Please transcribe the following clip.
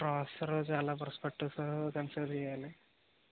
processor చాలా perspectives consider చేయాలి